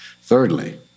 Thirdly